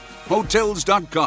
Hotels.com